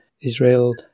Israel